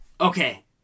Okay